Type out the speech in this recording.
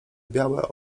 białe